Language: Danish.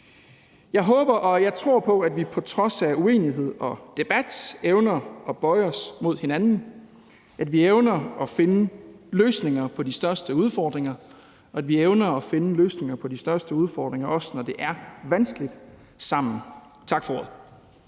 Jeg håber, og jeg tror på, at vi på trods af uenighed og debat evner at bøje os mod hinanden, at vi evner at finde løsninger på de største udfordringer, og at vi evner at finde løsninger på de største udfordringer sammen, også når det er vanskeligt. Tak for ordet.